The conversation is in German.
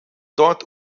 dort